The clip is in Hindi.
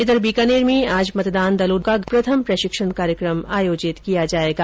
इधर बीकानेर में आज मतदान दलों का प्रथम प्रशिक्षण कार्यक्रम आयोजित किया जायेगा